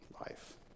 life